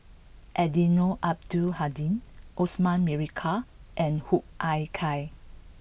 Eddino Abdul Hadi Osman Merican and Hoo Ah Kay